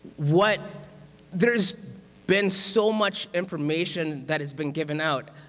what there's been so much information that has been given out.